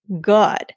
good